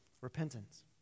repentance